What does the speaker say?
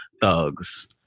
thugs